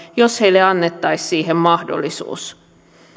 jos heille annettaisiin siihen mahdollisuus